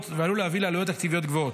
ועלול להביא לעלויות תקציביות גבוהות.